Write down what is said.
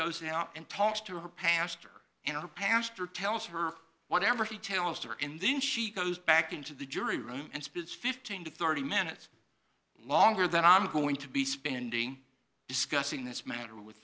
goes out and talks to her pastor and her pastor tells her whatever he tells her and then she goes back into the jury room and spits fifteen to thirty minutes longer than i'm going to be spending discussing this matter with